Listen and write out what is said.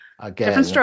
again